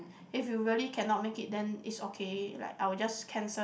if you really cannot make it then it's okay like I'll just cancel